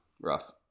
Rough